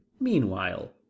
meanwhile